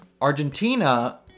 Argentina